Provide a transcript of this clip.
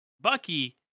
Bucky